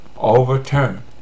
overturn